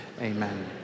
amen